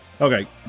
Okay